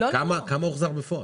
כמה הוחזר בפועל?